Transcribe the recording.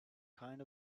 kind